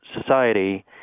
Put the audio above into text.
society